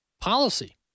policy